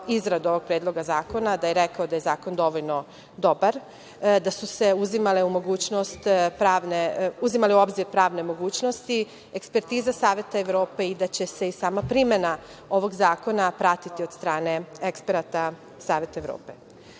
izradu ovog Predloga zakona, da je rekao da je zakon dovoljno dobar, da su su uzimale u obzir pravne mogućnosti, ekspertiza Saveta Evrope i da će se i sama primena ovog zakona pratiti od strane eksperata Saveta Evrope. Dakle,